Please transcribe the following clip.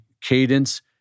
cadence